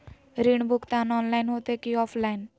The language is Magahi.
ऋण भुगतान ऑनलाइन होते की ऑफलाइन?